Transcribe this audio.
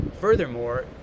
Furthermore